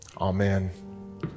Amen